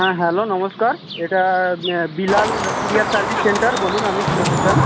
হ্যাঁ হ্যালো নমস্কার এটা বিলাল ক্যুরিয়ার সার্ভিস সেন্টার বলুন আপনি কি বলতে চান